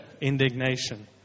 indignation